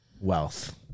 Wealth